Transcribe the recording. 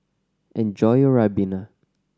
enjoy your ribena